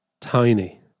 tiny